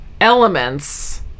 elements